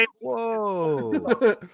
Whoa